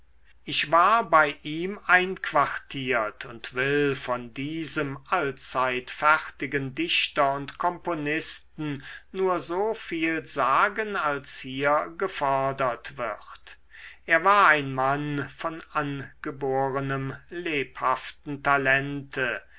ich war bei ihm einquartiert und will von diesem allzeit fertigen dichter und komponisten nur so viel sagen als hier gefordert wird er war ein mann von angeborenem lebhaften talente